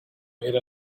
made